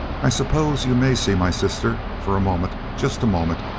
i suppose you may see my sister. for a moment. just a moment.